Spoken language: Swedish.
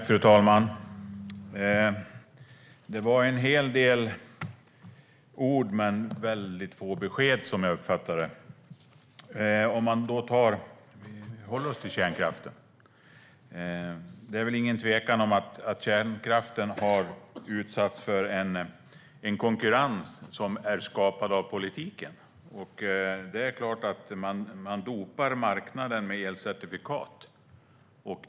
Fru talman! Det var en hel del ord men väldigt få besked, som jag uppfattade det. Vi kan hålla oss till kärnkraften. Det är väl ingen tvekan om att kärnkraften har utsatts för en konkurrens som är skapad av politiken. Det är klart att man dopar marknaden med elcertifikat.